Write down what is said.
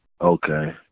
Okay